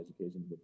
education